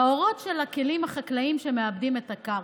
האורות של הכלים החקלאיים שמעבדים את הקרקע.